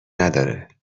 نداره